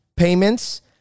payments